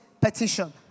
petition